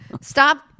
Stop